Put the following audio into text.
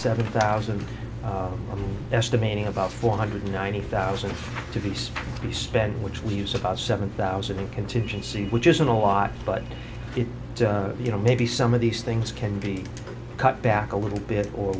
seven thousand estimating about four hundred ninety thousand piece to be spent which we use about seven thousand in contingency which isn't a lot but it you know maybe some of these things can be cut back a little bit or